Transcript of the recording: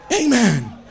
Amen